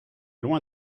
loin